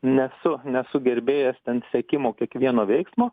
nesu nesu gerbėjas ten sekimo kiekvieno veiksmo